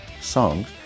songs